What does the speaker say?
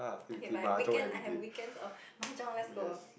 okay but have weekend I have weekends of mahjong let's go